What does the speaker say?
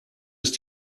ist